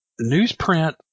newsprint